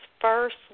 first